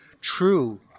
true